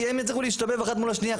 כי הן יצליחו להשתבב אחת מול השנייה.